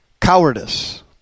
Cowardice